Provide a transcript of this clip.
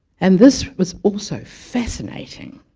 and this was also fascinating